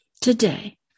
today